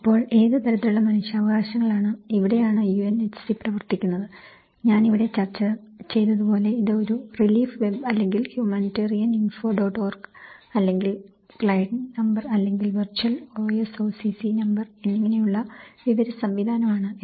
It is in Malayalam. അപ്പോൾ ഏത് തരത്തിലുള്ള മനുഷ്യാവകാശങ്ങളാണ് ഇവിടെയാണ് UNHC പ്രവർത്തിക്കുന്നത് ഞാൻ ഇവിടെ ചർച്ച ചെയ്തതുപോലെ ഇത് ഒരു റിലീഫ് വെബ് അല്ലെങ്കിൽ ഹ്യുമാനിറ്റേറിയൻ ഇൻഫോ ഡോട്ട് ഓർഗ് അല്ലെങ്കിൽ ഗ്ലൈഡ് നമ്പർ അല്ലെങ്കിൽ വെർച്വൽ OSOCC നമ്പർ എന്നിങ്ങനെയുള്ള വിവര സംവിധാനം ആണ്